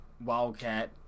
Wildcat